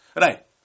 Right